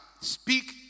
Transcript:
speak